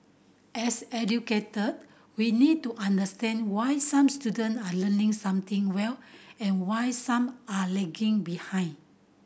as educator we need to understand why some student are learning something well and why some are lagging behind